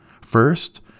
First